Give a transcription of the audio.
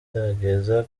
ngerageza